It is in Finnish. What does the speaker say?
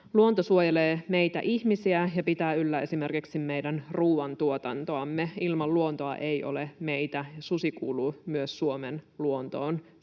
Luonto suojelee meitä ihmisiä ja pitää yllä esimerkiksi meidän ruoantuotantoamme. Ilman luontoa ei ole meitä, ja susi kuuluu myös Suomen luontoon